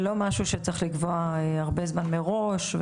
וזה לא משהו שצריך לקבוע הרבה זמן מראש.